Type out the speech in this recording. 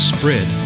Spread